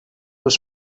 was